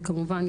וכמובן,